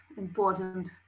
important